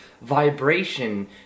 vibration